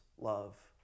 love